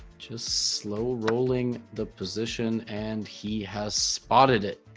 just slow rolling the position and he has spotted it